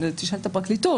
תשאל את הפרקליטות.